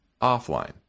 offline